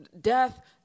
death